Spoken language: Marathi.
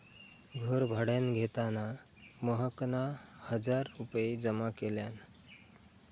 घर भाड्यान घेताना महकना हजार रुपये जमा केल्यान